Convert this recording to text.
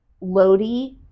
Lodi